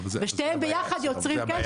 ושניהם ביחד יוצרים קשר --- זו הבעיה